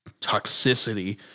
toxicity